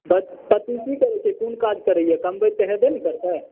पति की करै छै कोन काज करैया कमबैतऽ हेबे ने करतै